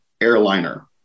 airliner